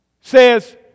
says